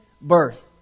birth